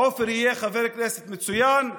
עופר יהיה חבר כנסת מצוין.